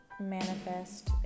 manifest